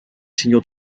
signaux